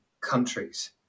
countries